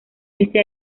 ese